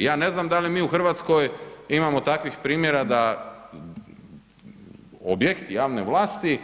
Ja ne znam da li mi u RH imamo takvih primjera da objekti javne vlasti